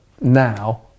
now